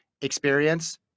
experience